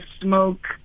smoke